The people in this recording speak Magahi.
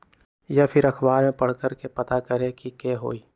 या फिर अखबार में पढ़कर के पता करे के होई?